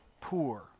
poor